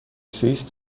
سوئیس